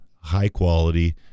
high-quality